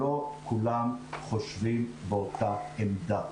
לא כולם חושבים באותה עמדה.